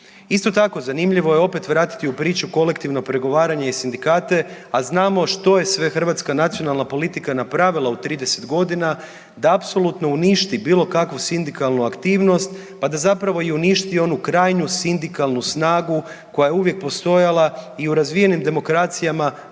Isto tako, zanimljivo je opet vratiti u priču kolektivno pregovaranje i sindikate, a znamo što je sve hrvatska nacionalna politika napravila u 30 godina, da apsolutno uništi bilo kakvu sindikalnu aktivnost, pa da zapravo i uništi onu krajnju sindikalnu snagu koja je uvijek postojala i u razvijenim demokracijama